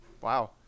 wow